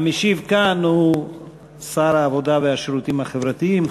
המשיב כאן הוא שר העבודה והשירותים החברתיים,